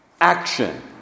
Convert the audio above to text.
action